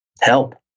help